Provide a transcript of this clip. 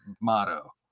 motto